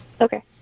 Okay